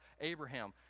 Abraham